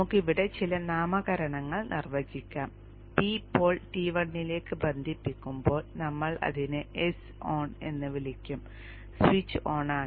നമുക്ക് ഇവിടെ ചില നാമകരണങ്ങൾ നിർവചിക്കാം P പോൾ T1 ലേക്ക് ബന്ധിപ്പിക്കുമ്പോൾ നമ്മൾ അതിനെ S on എന്ന് വിളിക്കും സ്വിച്ച് ഓണാണ്